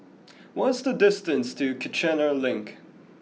what is the distance to Kiichener Link